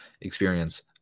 experience